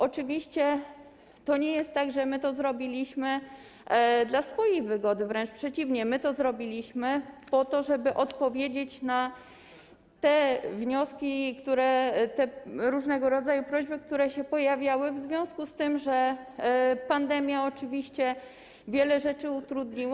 Oczywiście to nie jest tak, że my to zrobiliśmy dla swojej wygody, wręcz przeciwnie - zrobiliśmy to po to, żeby odpowiedzieć na te wnioski, na różnego rodzaju prośby, które się pojawiały w związku z tym, że pandemia oczywiście wiele rzeczy utrudniła.